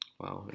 wow